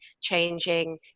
changing